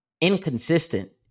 Inconsistent